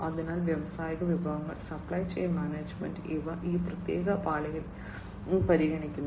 അതിനാൽ വ്യാവസായിക വിഭവങ്ങൾ സപ്ലൈ ചെയിൻ മാനേജ്മെന്റ് ഇവ ഈ പ്രത്യേക പാളിയിൽ പരിഗണിക്കുന്നു